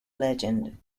legend